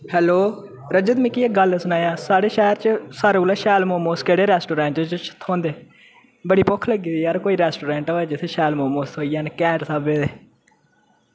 hello Rajat मिकी एक्क गल्ल सनायां साढ़े शैह्र च सारें कोला शैल मोमोस केह्ड़े रेस्टोरेंट च थ्होंदे बड़ी भुक्ख लग्गी दी यार कोई रेस्टोरेंट होऐ जित्थें शैल मोमोस थ्होई जान कैंट स्हाबै दे